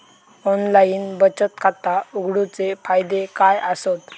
Online बचत खाता उघडूचे फायदे काय आसत?